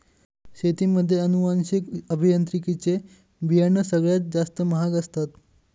शेतीमध्ये अनुवांशिक अभियांत्रिकी चे बियाणं सगळ्यात जास्त महाग असतात